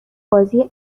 بازی